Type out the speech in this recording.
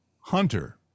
Hunter